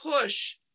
push